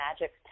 magic